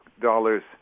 dollars